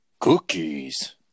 cookies